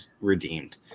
redeemed